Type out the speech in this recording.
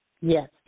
Yes